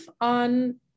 on